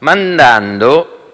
mandando